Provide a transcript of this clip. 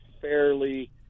fairly –